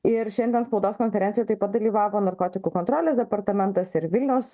ir šiandien spaudos konferencijoj taip pat dalyvavo narkotikų kontrolės departamentas ir vilniaus